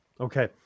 Okay